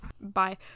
Bye